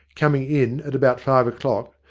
coming in at about five o'clock,